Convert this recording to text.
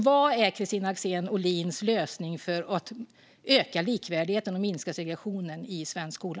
Vad är Kristina Axén Olins lösning för att öka likvärdigheten och minska segregationen i svensk skola?